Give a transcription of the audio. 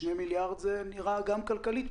כך ששני מיליארד זה גם משתלם כלכלית.